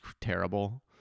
terrible